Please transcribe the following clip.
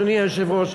אדוני היושב-ראש,